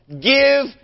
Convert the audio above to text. give